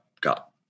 got